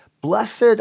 Blessed